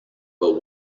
but